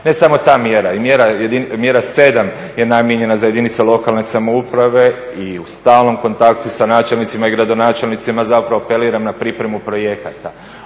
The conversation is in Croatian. Ne samo taj mjera i mjera 7 je namijenjena za jedinice lokalne samouprave i u stalnom kontaktu sa načelnicima i gradonačelnicima, zapravo apeliram na pripremu projekata.